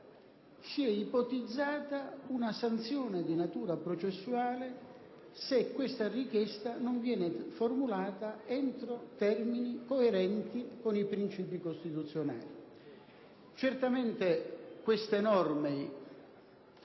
si è ipotizzata una sanzione di natura processuale, nel caso tale richiesta non fosse formulata entro termini coerenti con i principi costituzionali. Naturalmente, le norme